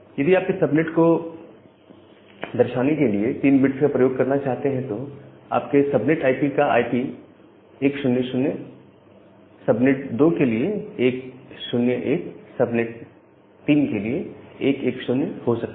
यदि आप इस सबनेट को करने के लिए 3 बिट्स का प्रयोग करना चाहते हैं तो आपके सबनेट आईपी का आईपी 100 सबनेट 2 के लिए 101 तथा सबनेट 3 के लिए 110 हो सकता है